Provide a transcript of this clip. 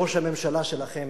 ראש הממשלה שלכם